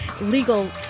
legal